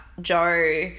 Joe